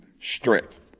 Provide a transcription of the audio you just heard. strength